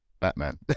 batman